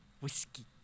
Whiskey